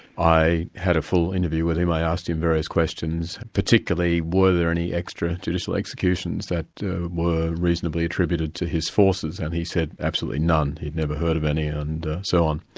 i had a full interview with him. i asked him various questions, particularly were there any extrajudicial executions that were reasonably attributed to his forces, and he said, absolutely none, he'd never heard of any and so on.